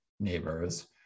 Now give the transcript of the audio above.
Neighbors